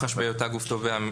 מח"ש בהיותה גוף תובע,